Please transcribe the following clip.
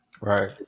Right